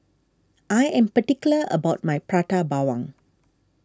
I am particular about my Prata Bawang